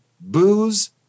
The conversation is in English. booze